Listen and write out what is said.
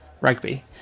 rugby